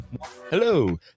hello